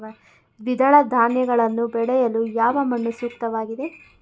ದ್ವಿದಳ ಧಾನ್ಯಗಳನ್ನು ಬೆಳೆಯಲು ಯಾವ ಮಣ್ಣು ಸೂಕ್ತವಾಗಿದೆ?